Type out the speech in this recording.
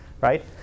Right